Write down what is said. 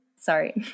sorry